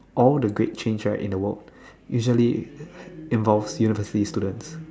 all the great change right in the world usually involve university students